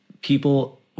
people